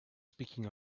speaking